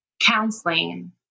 counseling